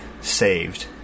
saved